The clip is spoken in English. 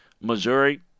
Missouri